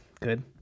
Good